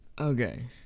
Okay